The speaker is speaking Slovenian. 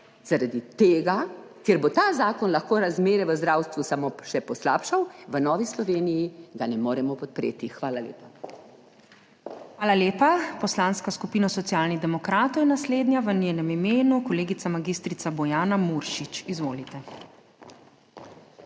Zaradi tega, ker bo ta zakon lahko razmere v zdravstvu samo še poslabšal v Novi Sloveniji ga ne moremo podpreti. Hvala lepa. PREDSEDNICA MAG. URŠKA KLAKOČAR ZUPANČIČ: Hvala lepa. Poslanska skupina Socialnih demokratov je naslednja, v njenem imenu kolegica magistrica Bojana Muršič. Izvolite.